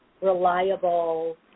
reliable